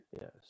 Yes